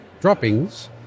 droppings